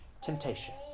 temptation